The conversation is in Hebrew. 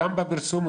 גם בפרסום,